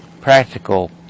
practical